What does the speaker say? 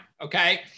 okay